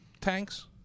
tanks